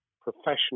professional